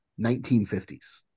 1950s